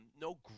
no